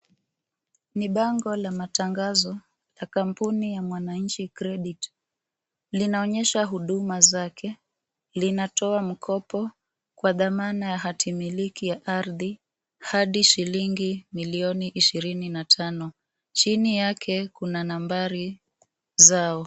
Ni bango la matangazo ya kampuni ya Mwananchi Credit . Linaonyesha huduma zake linatoa mikopo kwa thamana ya hatimiliki ya arthi hadi shlingi milioni ishirini na tano c,hini yake kuna nambari zao.